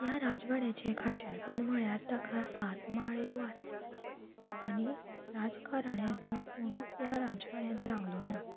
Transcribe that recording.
ह्या राजवाड्याचें खाशेलपण म्हळ्यार ताका सात माळ्यो आसात आनी राज घराण्यांतलो कोणूच ह्या राजवाड्यांत रावलो ना